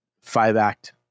five-act